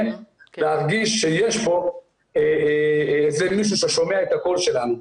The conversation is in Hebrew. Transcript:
להרגיש שיש פה מישהו ששומע את הקול שלנו.